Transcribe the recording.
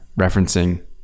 referencing